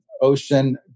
ocean